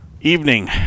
evening